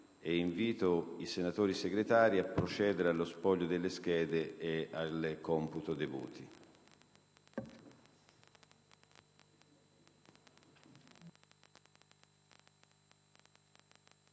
Invita i senatori Segretari a procedere allo spoglio delle schede e al computo dei voti.